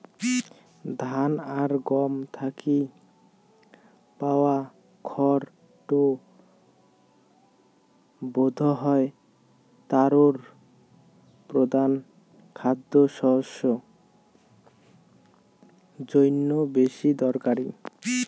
ধান আর গম থাকি পাওয়া খড় টো বোধহয় তারুর প্রধান খাদ্যশস্য জইন্যে বেশি দরকারি